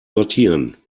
sortieren